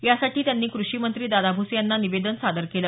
यासाठी त्यांनी क्रषिमंत्री दादा भुसे यांना निवेदन सादर केलं